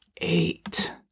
eight